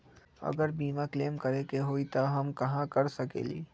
अगर बीमा क्लेम करे के होई त हम कहा कर सकेली?